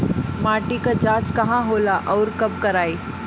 माटी क जांच कहाँ होला अउर कब कराई?